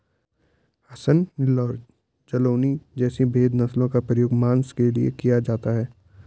हसन, नेल्लौर, जालौनी जैसी भेद नस्लों का प्रयोग मांस के लिए किया जाता है